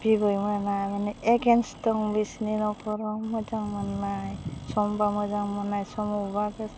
बिबैमोना माने एगेन्स दं बिसोरनि नखराव मोजां मोननाय समबा मोजां मोननाय समावबा गोस